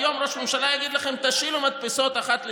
היום ראש הממשלה יגיד לכם: תשאילו מדפסות אחת לשנייה,